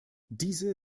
diese